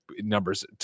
numbers